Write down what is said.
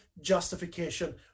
justification